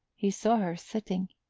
he saw her sitting.